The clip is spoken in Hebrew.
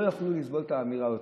שלא יכלו לסבול את האמירה הזאת,